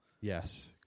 Yes